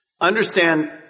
Understand